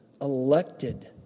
elected